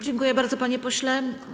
Dziękuję bardzo, panie pośle.